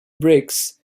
briggs